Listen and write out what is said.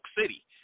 City